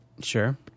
Sure